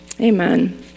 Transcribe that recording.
Amen